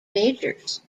majors